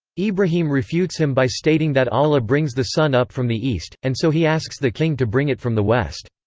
ibrahim refutes him by stating that allah brings the sun up from the east, and so he asks the king to bring it from the west.